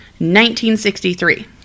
1963